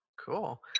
cool